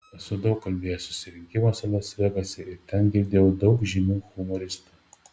esu daug kalbėjęs susirinkimuose las vegase ir ten girdėjau daug žymių humoristų